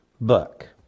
book